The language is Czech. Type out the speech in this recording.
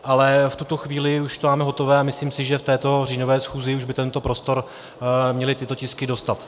Ale v tuto chvíli už to máme hotové a myslím si, že v této říjnové schůzi už by prostor měly tyto tisky dostat.